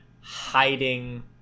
hiding